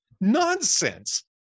nonsense